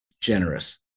generous